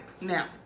Now